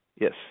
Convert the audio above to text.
Yes